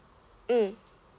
mm